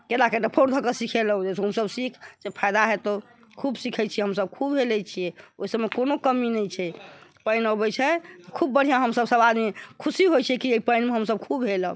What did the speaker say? कतेक लोकके तऽ फोर्स कऽ कऽ सिखेलहुॅं कि तों सभ सीख जे फायदा हेतौ खूब सीखै छियै हम सभ खूब हेलै छियै ओहि सभमे कोनो कमी नहि छै पानि अबै छै खूब बढ़िऑं हम सभ सब आदमी खुशी होइ छियै कि एहि पानिमे हम सभ खूब हेलब